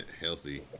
healthy